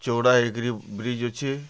ଚଉଡ଼ା ହେଇକରି ବ୍ରିଜ୍ ଅଛେ